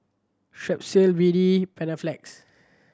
Strepsil B D Panaflex